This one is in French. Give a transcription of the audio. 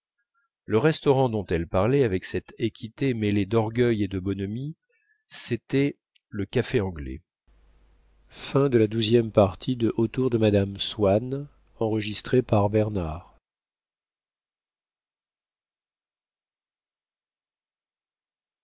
le restaurant dont elle parlait avec cette équité mêlée d'orgueil et de bonhomie c'était le café anglais